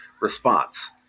response